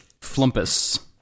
flumpus